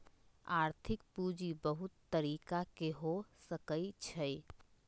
आर्थिक पूजी बहुत तरिका के हो सकइ छइ